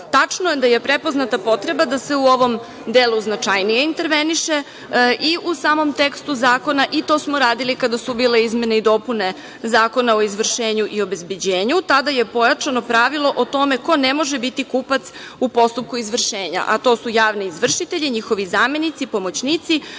tačno je da je prepoznata potreba da se u ovom delu značajnije interveniše, i u samom tekstu zakona, i to smo radili kada su bile izmene i dopune Zakona o izvršenju i obezbeđenju, kada je pojačano pravilo o tome ko ne može biti kupac u postupku izvršenja - javni izvršitelji, njihovi zamenici, pomoćnici,